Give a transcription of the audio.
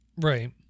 Right